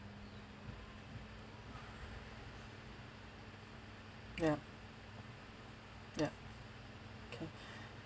ya ya K